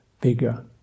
bigger